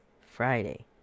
Friday